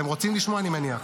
אתם רוצים לשמוע, אני מניח.